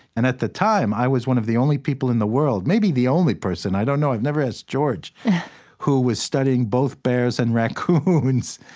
and at the time, i was one of the only people in the world, maybe the only person i don't know i've never asked george who was studying both bears and raccoons.